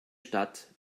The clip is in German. stadt